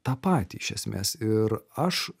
tą patį iš esmės ir aš